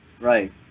Right